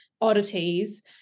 oddities